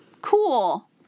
Cool